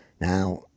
Now